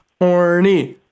horny